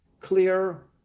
clear